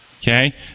Okay